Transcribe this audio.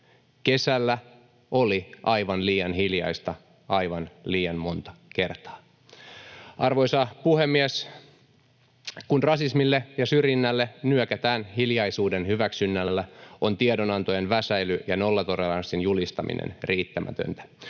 Kesällä oli aivan liian hiljaista aivan liian monta kertaa. Arvoisa puhemies! Kun rasismille ja syrjinnälle nyökätään hiljaisuuden hyväksynnällä, on tiedonantojen väsäily ja nollatoleranssin julistaminen riittämätöntä.